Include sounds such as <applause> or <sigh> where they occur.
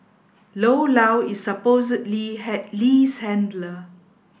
Lo Lao is supposedly <unintelligible> Lee's handler